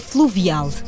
Fluvial